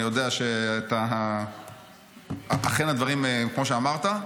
אני יודע שאכן הדברים הם כמו שאמרת,